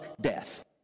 death